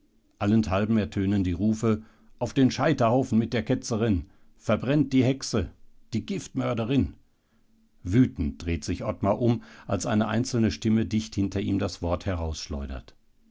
allenthalben ertönen die rufe auf den scheiterhaufen mit der ketzerin verbrennt die hexe die giftmörderin wüthend dreht sich ottmar um als eine einzelne stimme dicht hinter ihm das wort